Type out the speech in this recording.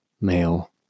male